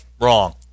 wrong